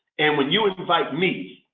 and when you invite me,